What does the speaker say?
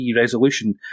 resolution